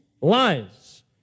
lies